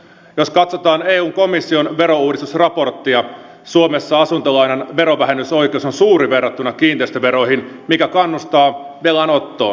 jos katsotaan eu komission verouudistusraporttia suomessa asuntolainan verovähennysoikeus on suuri verrattuna kiinteistöveroihin mikä kannustaa velanottoon